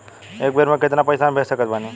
एक बेर मे केतना पैसा हम भेज सकत बानी?